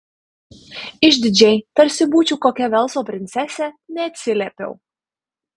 išdidžiai tarsi būčiau kokia velso princesė neatsiliepiau